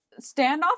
standoff